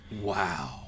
Wow